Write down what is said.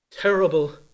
terrible